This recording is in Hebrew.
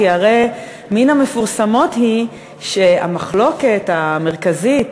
כי הרי מן המפורסמות שהמחלוקת המרכזית